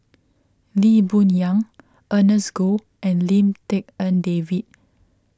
Lee Boon Yang Ernest Goh and Lim Tik En David